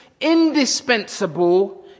indispensable